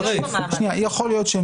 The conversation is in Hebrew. כרגע.